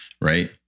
right